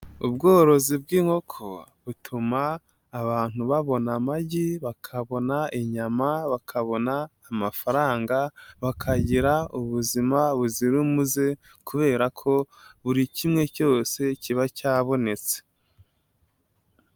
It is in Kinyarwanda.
Ubworozi bw'inkoko butuma abantu babona amagi, bakabona inyama, bakabona amafaranga, bakagira ubuzima buzira umuze kubera ko buri kimwe cyose kiba cyabonetse.